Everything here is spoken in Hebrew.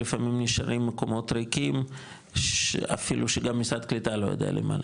לפעמים נשארים מקומות ריקים שאפילו שגם משרד הקליטה לא יודע למלא.